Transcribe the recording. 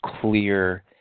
clear